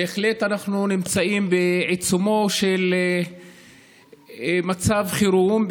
בהחלט אנחנו נמצאים בעיצומו של מצב חירום,